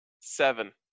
seven